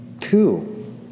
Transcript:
two